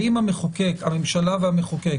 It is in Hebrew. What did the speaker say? ואם הממשלה והמחוקק